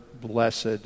blessed